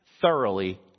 thoroughly